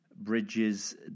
bridges